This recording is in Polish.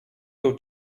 się